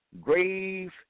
grave